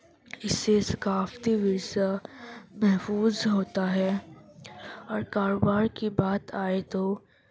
اس سے ثقافتی ورثہ محفوظ ہوتا ہے اور کاروبار کی بات آئے تو